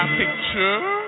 picture